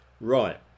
Right